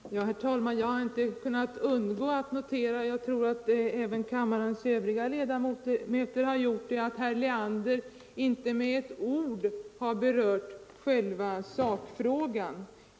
Fbertesnjäljtslns Ro Herr talman! Jag har inte kunnat undgå att notera — jag tror att även Rundradiooch kammarens övriga ledamöter har gjort det — att herr Leander inte med andra massmedie ett ord har berört själva sakfrågan.